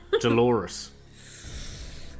Dolores